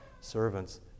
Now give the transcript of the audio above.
servants